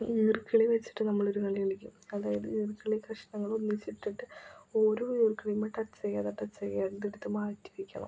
ഈർക്കിളി വെച്ചിട്ട് നമ്മളൊരു കളി കളിക്കും അതായത് ഈർക്കിളി കഷ്ണങ്ങളൊന്നിച്ചിട്ടിട്ട് ഓരോ ഈർക്കിളീമെ ടച്ചു ചെയ്യാതെ ടച്ചു ചെയ്യാതതെടുത്തു മാറ്റി വെക്കണം